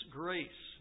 grace